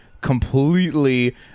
completely